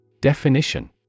Definition